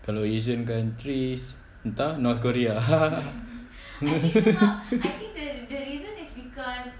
kalau asian countries entah north korea